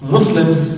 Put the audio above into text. Muslims